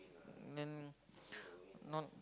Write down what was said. um then not